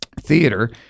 theater